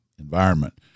environment